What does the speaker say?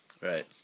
Right